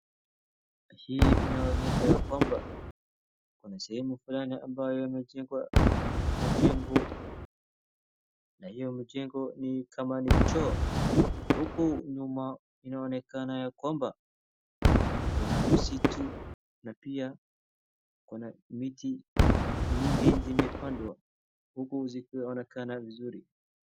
Hii inaonyesha ya kwamba kuna sehemu fulani ambayo imejengwa mjengo. Na hiyo mjengo ni kama ni choo. Na huku nyuma inaonekana ya kwamba kuna msitu na pia kuna miti nyingi zimepandwa huku zikionekana vizuri.